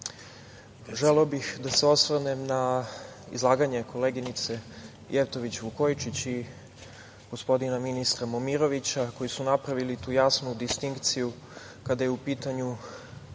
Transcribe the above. bih da se osvrnem na izlaganje koleginice Jevtović Vukojičić i gospodina ministra Momirovića, koji su napravili tu jasnu distinkciju kada su u pitanju